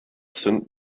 sind